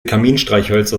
kaminstreichhölzer